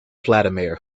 vladimir